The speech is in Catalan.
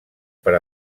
per